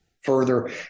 further